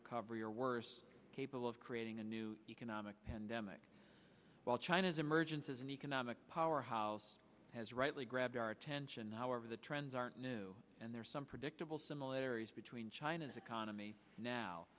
recovery or worse capable of creating a new economic pandemic while china's emergence as an economic powerhouse has rightly grabbed our attention however the trends aren't new and there are some predictable similarities between china's economy now